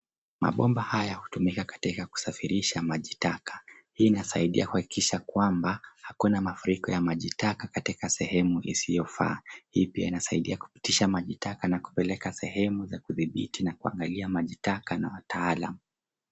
Mabomba haya hutumika katika kusafirisha maji taka. Hii inasaidia kuhakikisha kwamba hakuna mafuriko ya maji taka katika sehemu isiyofaa. Hii pia inasaidia kupitisha maji taka na kupeleka sehemu za kudhibiti na kuangalia maji taka na wataalam.